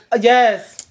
Yes